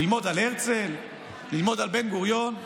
ללמוד על הרצל וללמוד על בן-גוריון.